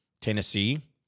Tennessee